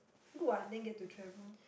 good what then get to travel